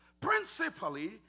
principally